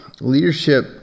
leadership